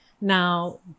now